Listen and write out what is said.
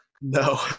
No